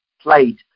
played